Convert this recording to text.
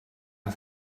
had